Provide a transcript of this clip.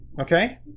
okay